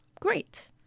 Great